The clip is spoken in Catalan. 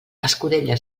escudella